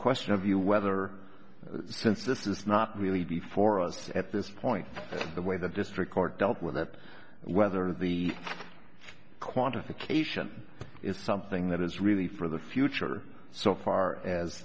question of you whether since this is not really before us at this point the way the district court dealt with that whether or not the quantification is something that is really for the future so far as